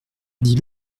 dis